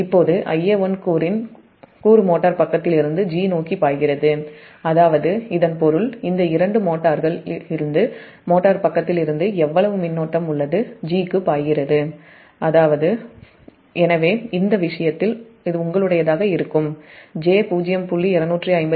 இப்போது Ia1 இன் கூறு மோட்டார் பக்கத்திலிருந்து 'g' நோக்கி பாய்கிறது அதாவது இதன் பொருள் இந்த இரண்டு மோட்டார் பக்கத்திலிருந்து எவ்வளவு மின்னோட்டம் 'g' க்கு பாய்கிறது எனவே அந்த விஷயத்தில் அது உங்களுடையதாக இருக்கும் j0